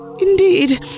Indeed